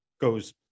goes